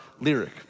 lyric